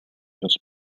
los